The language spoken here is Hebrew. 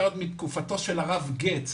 היה עוד מתקופתו של הרב גץ,